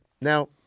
Now